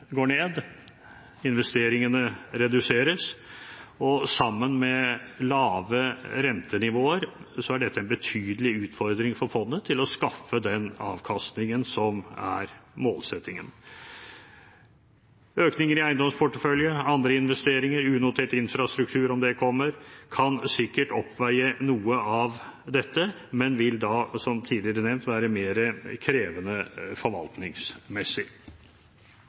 går ned, investeringene reduseres og sammen med lave rentenivåer er dette en betydelig utfordring for fondet til å skaffe den avkastningen som er målsettingen. Økningen i eiendomsportefølje, andre investeringer, unotert infrastruktur, om det kommer, kan sikkert oppveie noe av dette, men vil da, som tidligere nevnt, være mer krevende forvaltningsmessig.